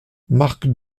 marc